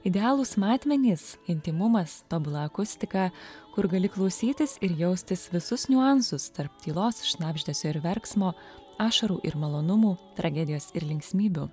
idealūs matmenys intymumas tobula akustika kur gali klausytis ir jaustis visus niuansus tarp tylos šnabždesio ir verksmo ašarų ir malonumų tragedijos ir linksmybių